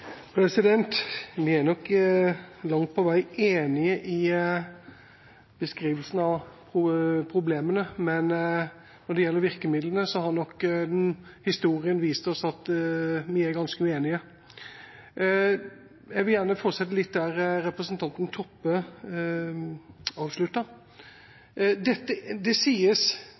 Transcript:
Vi er nok langt på vei enige i beskrivelsen av problemene, men når det gjelder virkemidlene, har nok historien vist oss at vi er ganske uenige. Jeg vil gjerne fortsette litt der representanten Toppe